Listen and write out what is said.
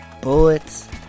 bullets